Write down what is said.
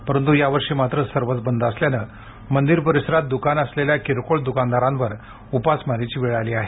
परंतु यावर्षी मात्र सर्वच बंद असल्याने मंदिर परिसरात दुकाने असलेल्या किरकोळ दुकानदारांवर उपासमारीची वेळ आली आहे